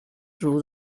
through